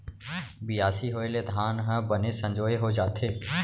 बियासी होय ले धान ह बने संजोए हो जाथे